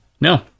no